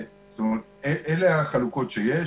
אלה החלוקות שיש.